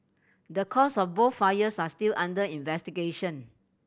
the causes of both fires are still under investigation